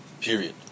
Period